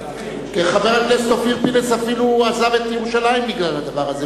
חבר הכנסת אופיר פינס אפילו עזב את ירושלים בגלל הדבר הזה,